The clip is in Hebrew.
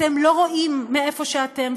אתם לא רואים מאיפה שאתם,